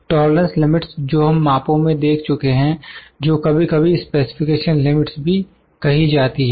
tolerance limits जो हम मापों में देख चुके हैं जो कभी कभी स्पेसिफिकेशन लिमिट्स भी कही जाती हैं